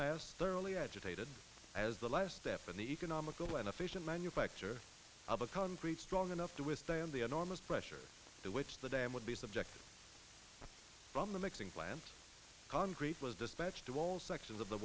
mass thoroughly agitated as a last step in the economical and efficient manufacture of a concrete strong enough to withstand the enormous pressure to which the dam would be subjected from the mixing plants concrete was dispatched to all sections of the